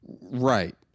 Right